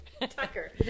Tucker